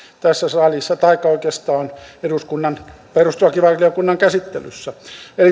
tässä salissa taikka oikeastaan eduskunnan perustuslakivaliokunnan käsittelyssä